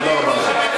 תודה רבה.